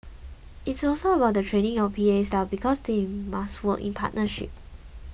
it's also about the training of the P A staff because they must work in partnership